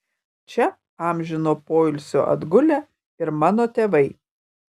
čia amžino poilsio atgulę ir mano tėvai